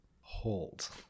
hold